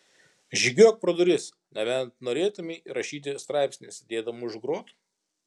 žygiuok pro duris nebent norėtumei rašyti straipsnį sėdėdama už grotų